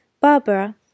Barbara